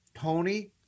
Tony